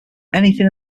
anything